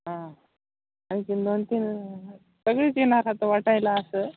हा आणखी दोन तीन सगळी येणार आहेत वाटायला असं